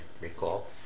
recall